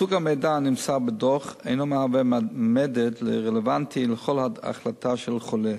סוג המידע הנמסר בדוח אינו מהווה מדד רלוונטי לכל החלטה של חולה.